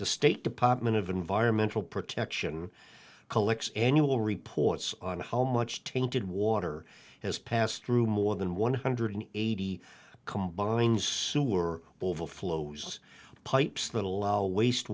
the state department of environmental protection collects annual reports on how much tainted water has passed through more than one hundred eighty combines sewer overflows pipes